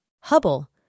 Hubble